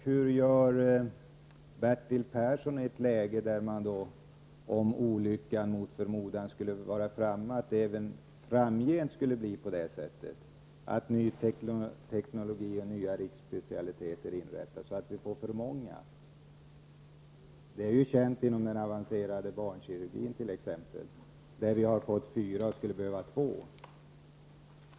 Hur gör Bertil Persson i ett läge där man, om olyckan mot förmodan skulle vara framme och det även framgent skulle bli på det sättet, att ny teknologi införs och nya riksspecialiteter inrättas, så att vi får för många? Det är ju känt inom den avancerade barnkirurgin t.ex., där vi har fått fyra och skulle behöva två.